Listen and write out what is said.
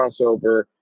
crossover